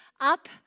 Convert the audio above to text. up